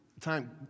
time